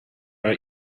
our